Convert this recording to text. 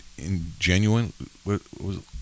ingenuine